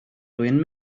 ruin